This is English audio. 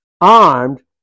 armed